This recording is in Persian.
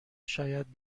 شاید